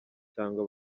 cyangwa